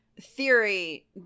theory